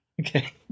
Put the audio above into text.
Okay